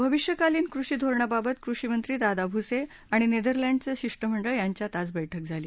भविष्यकालिन कृषी धारेणाबाबत कृषी मंत्री दादा भुसे आणि नेदरलँडचं शिष्टमंडळ यांच्यात आज बैठक झाली